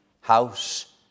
house